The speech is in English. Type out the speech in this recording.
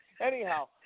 anyhow